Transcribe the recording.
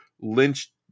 Lynch